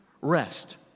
rest